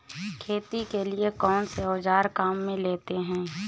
खेती के लिए कौनसे औज़ार काम में लेते हैं?